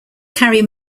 carry